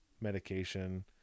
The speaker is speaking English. medication